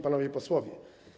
Panowie Posłowie!